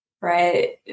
Right